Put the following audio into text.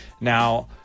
Now